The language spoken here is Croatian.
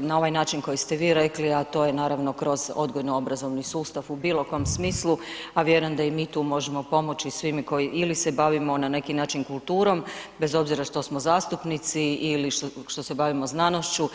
na ovaj način koji ste vi rekli, a to je naravno kroz odgojno-obrazovni sustav u bilo kom smislu, a vjerujem da i mi tu možemo pomoći svi mi koji ili se bavimo na neki način kulturom bez obzira što smo zastupnici, ili što se bavimo znanošću.